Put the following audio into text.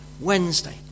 Wednesday